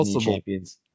champions